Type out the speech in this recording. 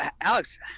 Alex